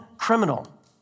criminal